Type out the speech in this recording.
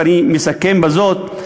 ואני מסכם בזאת,